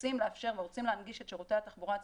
רוצים לאפשר ורוצים להנגיש את שירותי התחבורה הציבורית,